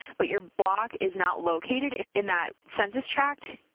but your block is not located in that census tract,